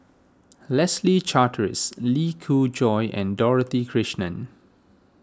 Leslie Charteris Lee Khoon Choy and Dorothy Krishnan